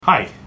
Hi